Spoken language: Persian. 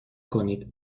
کنید